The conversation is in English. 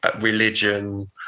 religion